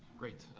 great.